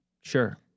sure